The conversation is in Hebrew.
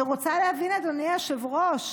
אני רוצה להבין, אדוני היושב-ראש,